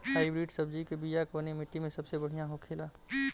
Hybrid सब्जी के बिया कवने मिट्टी में सबसे बढ़ियां होखे ला?